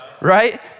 right